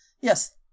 Yes